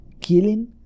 killing